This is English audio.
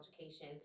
education